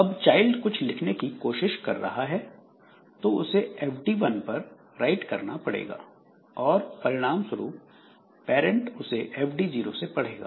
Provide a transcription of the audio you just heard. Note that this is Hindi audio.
जब चाइल्ड कुछ लिखने की कोशिश कर रहा है तो उसे fd 1 पर राइट करना पड़ेगा और परिणाम स्वरुप पैरेंट उसे fd 0 से पढ़ेगा